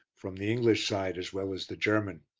from the english side as well as the german.